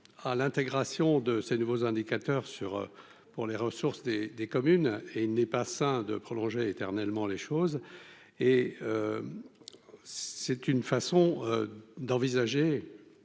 à l'intégration de ces nouveaux indicateurs sur pour les ressources des des communes et il n'est pas sain de prolonger éternellement les choses et c'est une façon d'envisager